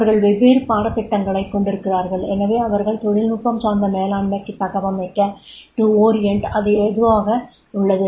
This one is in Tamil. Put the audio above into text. அவர்கள் வெவ்வேறு பாடத்திட்டங்களைக் கொண்டிருக்கிறார்கள் எனவே அவர்களை தொழில்நுட்பம் சார்ந்த மேலாண்மைக்கு தகவமைக்க அது ஏதுவாக உள்ளது